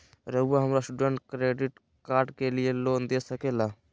रहुआ हमरा student credit card के लिए लोन दे सके ला?